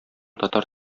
татар